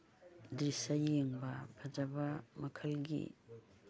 ꯗ꯭ꯔꯤꯁꯥ ꯌꯦꯡꯕ ꯐꯖꯕ ꯃꯈꯜꯒꯤ